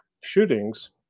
shootings